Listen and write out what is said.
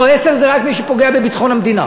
לא, עשר זה רק מי שפוגע בביטחון המדינה.